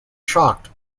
shocked